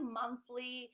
monthly